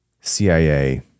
CIA